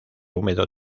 húmedo